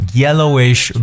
yellowish